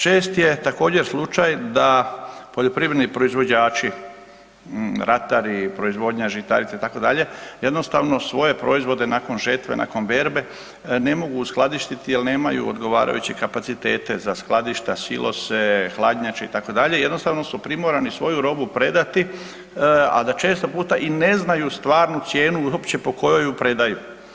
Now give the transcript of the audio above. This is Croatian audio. Čest je također slučaj da poljoprivredni proizvođači, ratari, proizvodnja žitarica itd., jednostavno svoje proizvode nakon žetve, nakon berbe ne mogu uskladištiti jer nemaju odgovarajuće kapacitete za skladišta, silose, hladnjače itd., jednostavno su primorani svoju ribu predati a da često puta i ne znaju stvarnu cijenu uopće po kojoj ju predaju.